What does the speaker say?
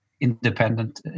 independent